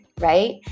right